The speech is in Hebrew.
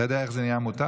אתה יודע איך זה נהיה מותג?